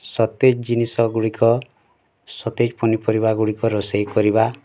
ସତେଜ ଜିନିଷଗୁଡ଼ିକ ସତେଜ ପନିପରିବାଗୁଡ଼ିକ ରୋଷେଇ କରିବା